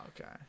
Okay